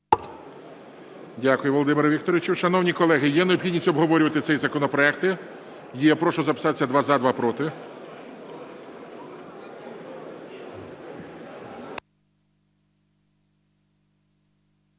Дякую, Володимире Вікторовичу. Шановні колеги, є необхідність обговорювати цей законопроект? Є. Прошу записатися: два - за,